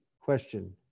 question